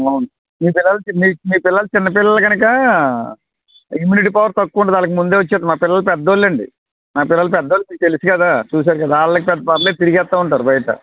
అవును మీ పిల్లలు చిన్న మీ పిల్లలు చిన్న పిల్లలు కనుక ఇమ్మ్యూనిటీ పవర్ తక్కువ ఉంటుంది వాళ్ళకు ముందే వచ్చేస్తుంది మా పిల్లలు పెద్దోళ్ళండి మా పిల్లలు పెద్దోళ్ళు మీకు తెలుసు కదా చూశారు కదా వాళ్ళకి పెద్ద పర్వాలేదు తిరిగేస్తూ ఉంటారు బయట